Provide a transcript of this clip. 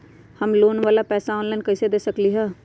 हम लोन वाला पैसा ऑनलाइन कईसे दे सकेलि ह?